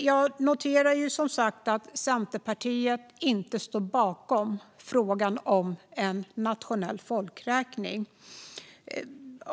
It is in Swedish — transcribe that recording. Jag noterar som sagt att Centerpartiet inte står bakom frågan om en nationell folkräkning.